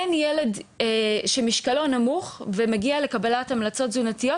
אין ילד שמשקלו נמוך ומגיע לקבלת המלצות תזונתיות,